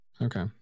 Okay